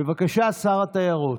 בבקשה, שר התיירות.